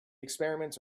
experiments